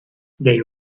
they